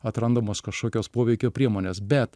atrandamos kažkokios poveikio priemonės bet